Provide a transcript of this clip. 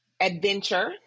adventure